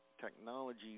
technology